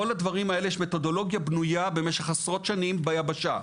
לגבי כל הדברים האלה יש מתודולוגיה בנויה במשך עשרות שנים ביבשה.